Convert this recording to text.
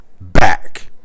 back